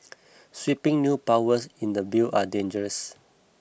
sweeping new powers in the bill are dangerous